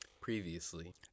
previously